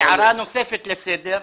הערה נוספת לסדר.